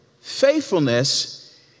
faithfulness